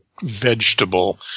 vegetable